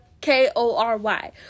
K-O-R-Y